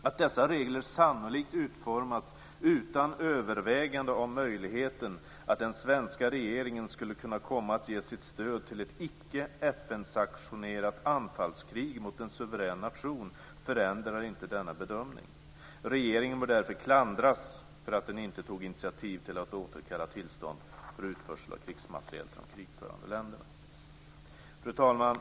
Att dessa regler sannolikt utformats utan övervägande av möjligheten att den svenska regeringen skulle kunna komma att ge sitt stöd till ett icke FN-sanktionerat anfallskrig mot en suverän nation förändrar inte denna bedömning. Regeringen bör därför klandras för att den inte tog initiativ till att återkalla tillstånd för utförsel av krigsmateriel till de krigförande länderna." Fru talman!